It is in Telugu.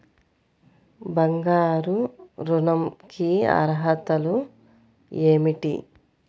బంగారు ఋణం కి అర్హతలు ఏమిటీ?